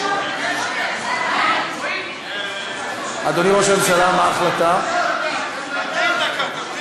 להצבעה, אדוני ראש הממשלה, אתה רוצה לגשת להצבעה?